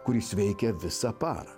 kuris veikia visą parą